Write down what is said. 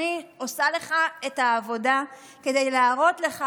אני עושה לך את העבודה כדי להראות לך